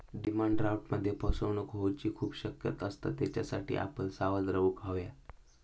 demand ड्राफ्टमध्ये फसवणूक होऊची खूप शक्यता असता, त्येच्यासाठी आपण सावध रेव्हूक हव्या